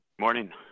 Morning